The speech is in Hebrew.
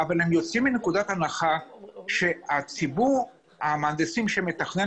אבל הם יוצאים מנקודת הנחה שציבור המהנדסים שמתכנן